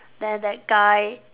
then that guy